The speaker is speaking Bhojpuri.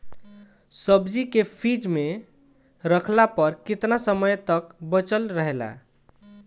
सब्जी के फिज में रखला पर केतना समय तक बचल रहेला?